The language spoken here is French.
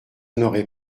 n’aurait